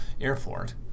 airport